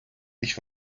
ich